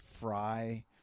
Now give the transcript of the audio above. fry